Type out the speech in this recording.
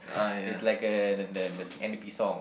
it's like uh the the the n_d_p song